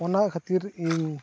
ᱚᱱᱟ ᱠᱷᱟᱹᱛᱤᱨ ᱤᱧ